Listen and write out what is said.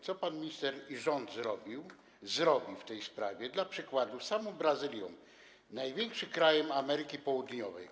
Co pan minister i rząd zrobią w tej sprawie np. z samą Brazylią, największym krajem Ameryki Południowej?